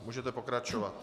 Můžete pokračovat.